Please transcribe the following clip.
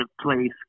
place